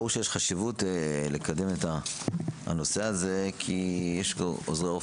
ברור שיש חשיבות לקדם את הנושא הזה כי חלק